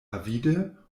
avide